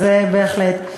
אז, בהחלט.